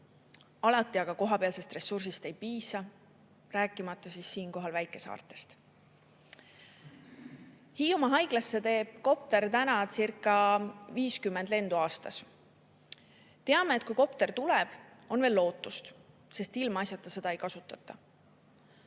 Alati aga kohapealsest ressursist ei piisa, rääkimata siinkohal väikesaartest. Hiiumaa Haiglasse teeb kopter tänacirca50 lendu aastas. Teame, et kui kopter tuleb, on veel lootust, sest ilmaasjata seda ei kasutata.